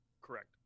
Correct